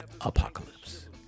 apocalypse